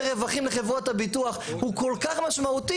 רווחים לחברות הביטוח הוא כל כך משמעותי,